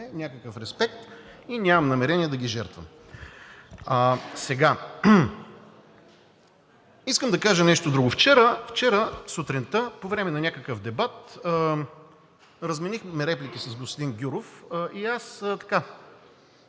някакъв респект и нямам намерение да ги жертвам. Искам да кажа нещо друго. Вчера сутринта, по време на някакъв дебат, разменихме реплики с господин Гюров и аз казах